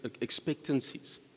expectancies